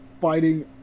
fighting